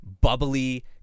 bubbly